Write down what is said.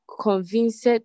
convinced